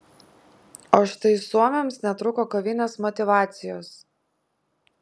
o štai suomiams netrūko kovinės motyvacijos